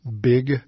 Big